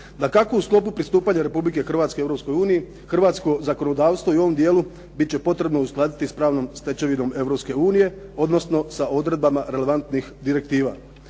Dakako, u sklopu pristupanja Republike Hrvatske Europskoj uniji hrvatsko zakonodavstvo i u ovom dijelu bit će potrebno uskladiti i s pravnom stečevinom Europske unije, odnosno sa odredbama relevantnih direktiva.